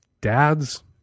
dad's